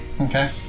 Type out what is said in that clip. okay